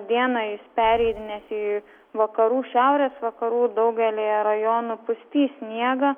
dieną jis pereidinės į vakarų šiaurės vakarų daugelyje rajonų pustys sniegą